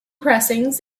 pressings